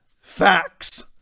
facts